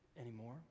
anymore